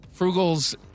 Frugals